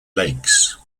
lakes